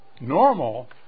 normal